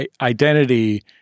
identity